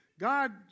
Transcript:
God